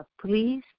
please